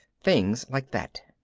things like that.